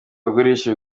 bagurisha